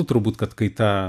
turbūt kad kaita